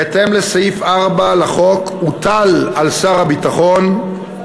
בהתאם לסעיף 4 לחוק, הוטל על שר הביטחון,